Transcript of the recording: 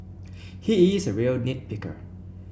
he is a real nit picker